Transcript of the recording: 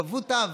קבעו תו: